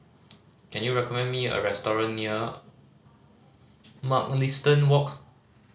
can you recommend me a restaurant near Mugliston Walk